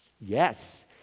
Yes